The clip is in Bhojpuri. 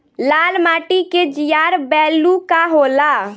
लाल माटी के जीआर बैलू का होला?